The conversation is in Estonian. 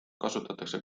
kasutatakse